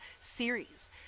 series